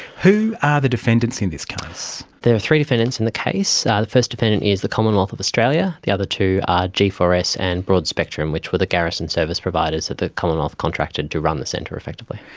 who are the defendants in this case? there are three defendants in the case. ah the first defendant is the commonwealth of australia, the other two are g four s and broadspectrum, which were the garrison service providers that the commonwealth contracted to run the centre, effectively.